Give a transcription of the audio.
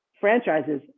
franchises